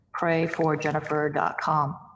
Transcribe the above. Prayforjennifer.com